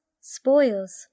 spoils